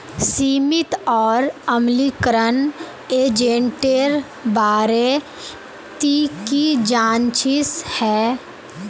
सीमित और अम्लीकरण एजेंटेर बारे ती की जानछीस हैय